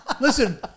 listen